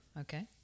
okay